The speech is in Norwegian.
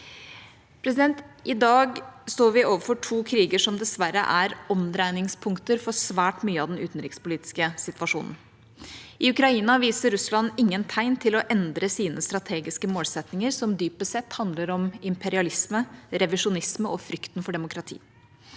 I dag står vi overfor to kriger som dessverre er omdreiningspunkter for svært mye av den utenrikspolitiske situasjonen. I Ukraina viser Russland ingen tegn til å endre sine strategiske målsettinger, som dypest handler om imperialisme, revisjonisme og frykten for demokrati.